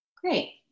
Great